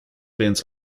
bins